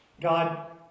God